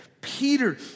Peter